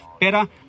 better